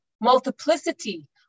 multiplicity